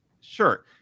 sure